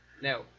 No